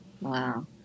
Wow